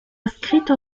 inscrite